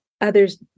others